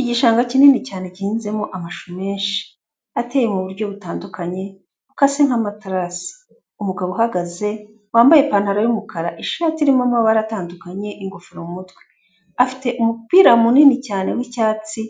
Igishanga kinini cyane gihinzemo amashu menshi, ateye mu buryo butandukanye, bukase nk'amatarasi. Umugabo uhagaze, wambaye ipantaro y'umukara, ishati irimo amabara atandukanye n'ingofero mu mutwe. Afite umupira munini cyane w'icyatsi,